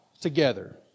together